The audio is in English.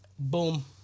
Boom